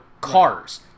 cars